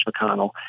McConnell